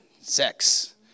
sex